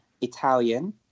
Italian